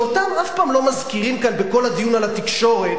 שאותם אף פעם לא מזכירים כאן בכל הדיון על התקשורת,